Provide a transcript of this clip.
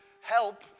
help